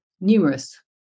numerous